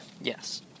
Yes